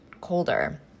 colder